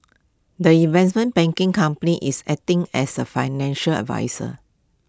the investment banking company is acting as A financial adviser